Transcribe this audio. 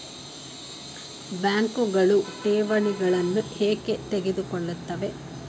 ಬ್ಯಾಂಕುಗಳು ಠೇವಣಿಗಳನ್ನು ಏಕೆ ತೆಗೆದುಕೊಳ್ಳುತ್ತವೆ?